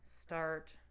start